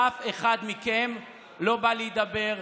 אף אחד מכם לא בא להידבר,